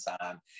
time